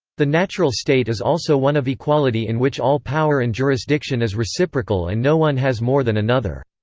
the natural state is also one of equality in which all power and jurisdiction is reciprocal and no one has more than another.